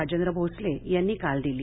राजेंद्र भोसले यांनी काल दिली